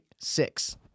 six